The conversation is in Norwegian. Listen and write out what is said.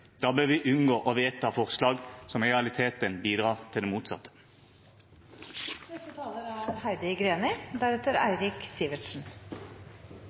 Da bør vi unngå å vedta forslag som i realiteten bidrar til det motsatte. Komiteen er